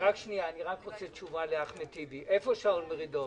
בין היתר,